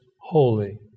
holy